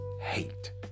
hate